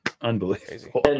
Unbelievable